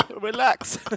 Relax